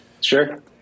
Sure